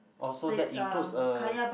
oh so that includes a